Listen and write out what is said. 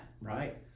Right